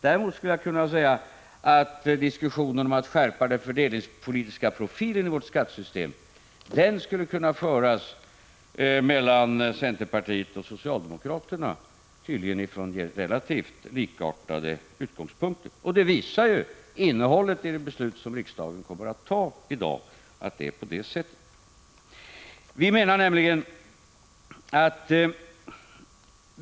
Däremot skulle jag kunna säga att diskussionen om en skärpning av den fördelningspolitiska profilen i vårt skattesystem skulle kunna föras mellan centerpartiet och socialdemokraterna, tydligen från relativt likartade utgångspunkter. Innehållet i det beslut som riksdagen i dag kommer att fatta visar detta.